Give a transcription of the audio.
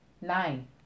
nine